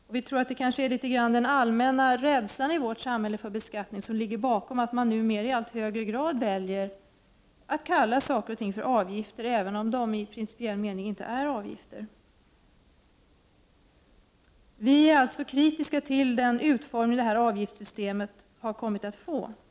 Det är kanske den allmänna rädslan i vårt samhälle för beskattning som ligger bakom att man numer i allt högre grad väljer att kalla saker och ting för avgifter även om det i principiell mening inte är avgifter. Vi är alltså kritiska till den utformning det här avgiftssystemet har kommit att få.